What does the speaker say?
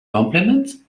compliments